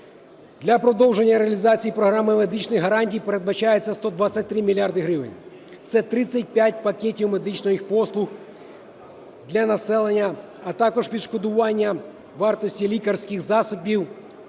Для продовження реалізації програми медичних гарантій передбачається 123 мільярди гривень. Це 35 пакетів медичних послуг для населення, а також відшкодування вартості лікарських засобів